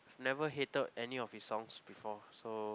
never hated any of his songs before so